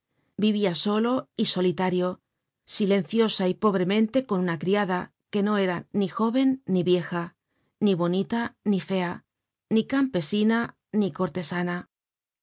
vivia solo y solitario silenciosa y pobremente con una criada que no era ni jóven ni vieja ni bonita ni fea ni campesina ni cortesana